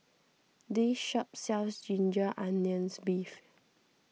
this shop sells Ginger Onions Beef